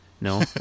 No